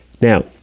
Now